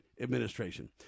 administration